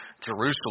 Jerusalem